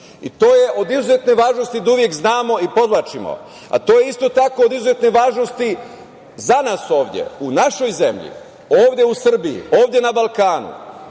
To je od izuzetne važnosti da uvek znamo, i podvlačimo, a to je isto tako od izuzetne važnosti za nas ovde, u našoj zemlji, ovde u Srbiji, ovde na Balkanu,